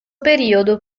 periodo